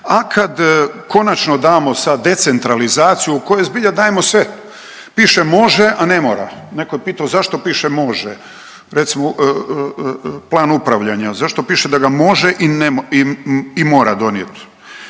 a kad konačno damo za decentralizaciju u kojoj zbilja dajemo sve, piše može, a ne mora. Neko je pitao zašto piše može recimo plan upravljanja, zašto piše da ga može i ne mo…, i,